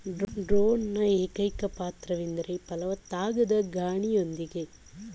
ಡ್ರೋನ್ನ ಏಕೈಕ ಪಾತ್ರವೆಂದರೆ ಫಲವತ್ತಾಗದ ರಾಣಿಯೊಂದಿಗೆ ಸಂಗಾತಿಯಾಗೋದು